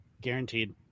Guaranteed